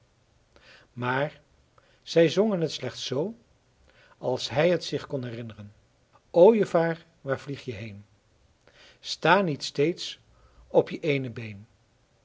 maar zij zongen het slechts zoo als hij het zich kon herinneren ooievaar waar vlieg je heen sta niet steeds op je eene been